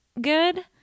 good